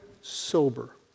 sober